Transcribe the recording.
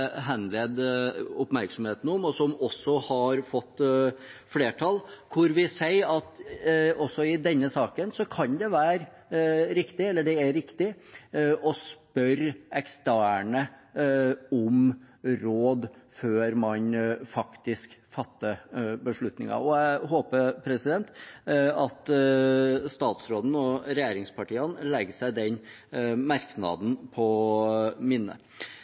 henlede oppmerksomheten på, og som også har fått flertall, hvor vi sier at også i denne saken kan det være riktig, eller det er riktig, å spørre eksterne om råd før man faktisk fatter beslutninger. Jeg håper at statsråden og regjeringspartiene legger seg den merknaden på minne.